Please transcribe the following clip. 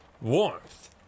Warmth